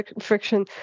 friction